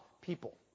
people